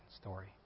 story